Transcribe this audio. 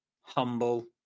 humble